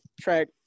track